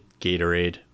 Gatorade